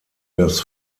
das